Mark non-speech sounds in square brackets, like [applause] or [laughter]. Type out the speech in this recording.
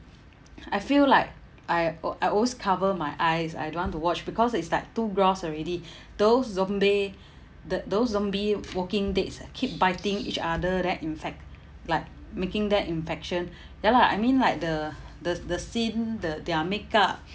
I feel like I a~ I always cover my eyes I don't want to watch because it's like too gross already [breath] those zombie the those zombie walking deads ah keep biting each other then infect like making that infection [breath] ya lah I mean like the the the scene the their make up